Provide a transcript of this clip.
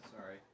sorry